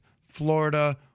Florida